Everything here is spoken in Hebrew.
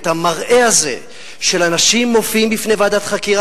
את המראה הזה של אנשים מופיעים בפני ועדת חקירה